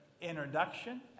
introduction